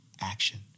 action